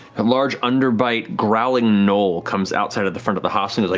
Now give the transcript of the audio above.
and large underbite growling gnoll comes outside at the front of the hostel